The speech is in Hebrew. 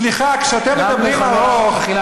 אדוני היושב-ראש,